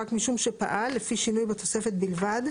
רק משום שפעל לפי שינוי בתוספת בלבד,